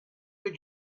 did